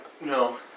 No